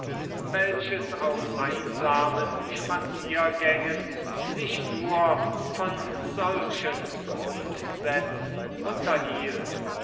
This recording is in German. welches auf einsamen spaziergängen sich nur von solchen grundsätzen unterhielt